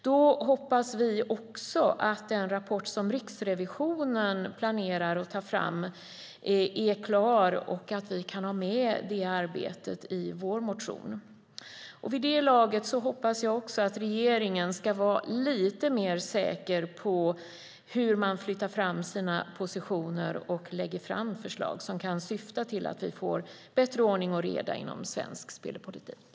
Vi hoppas att den rapport som Riksrevisionen planerar att ta fram då är klar och att vi kan ha med det arbetet i vår motion. Vid det laget hoppas jag att också regeringen ska vara lite mer säker på hur man flyttar fram sina positioner och lägger fram förslag som kan syfta till att vi får bättre ordning och reda inom svensk spelpolitik.